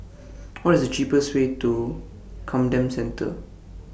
What IS The cheapest Way to Camden Centre